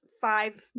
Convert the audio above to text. five